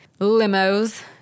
limos